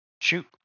Shoot